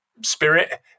spirit